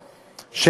תאגידים,